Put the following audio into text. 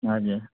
हजुर